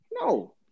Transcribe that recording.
No